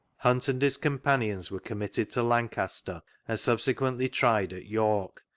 hunt and his companions were committed to lancaster, and subsequently tried at york,